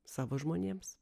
savo žmonėms